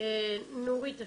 לבמה, שיוכלו לראות מי שצריך.